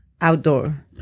outdoor